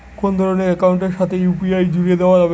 কোন ধরণের অ্যাকাউন্টের সাথে ইউ.পি.আই জুড়ে দেওয়া যাবে?